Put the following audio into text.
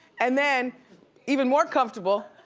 and then even more comfortable,